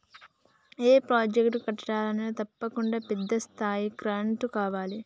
ఏ project కట్టాలన్నా తప్పకుండా పెద్ద స్థాయిలో గ్రాంటు కావాలి